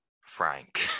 frank